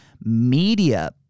media